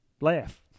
laugh